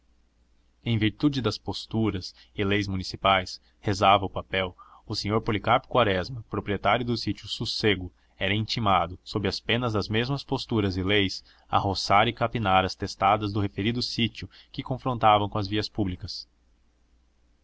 em virtude das posturas e leis municipais rezava o papel o senhor policarpo quaresma proprietário do sítio sossego era intimado sob as penas das mesmas posturas e leis a roçar e capinar as testadas do referido sítio que confrontavam com as vias públicas